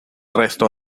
resto